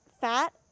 fat